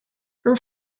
her